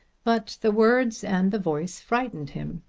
but the words and the voice frightened him.